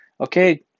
Okay